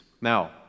Now